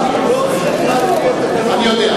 אני יודע.